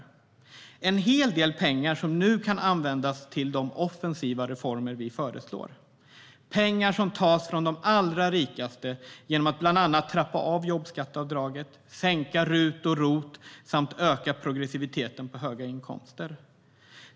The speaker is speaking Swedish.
Det är en hel del pengar som nu kan användas till de offensiva reformer som vi föreslår. Det är pengar som tas från de alla rikaste genom att vi bland annat trappar av jobbskatteavdraget, sänker RUT och ROT samt ökar progressiviteten på höga inkomster.